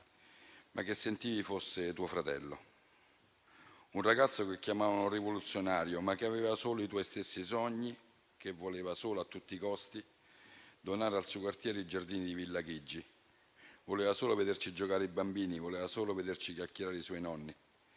ma che sentivi fosse tuo fratello. Un ragazzo che chiamavano rivoluzionario, ma che aveva solo i tuoi stessi sogni, che voleva solo a tutti i costi donare al suo quartiere i giardini di Villa Chigi. Voleva solo vederci giocare i bambini, voleva solo vederci chiacchierare i suoi nonni.